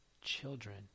children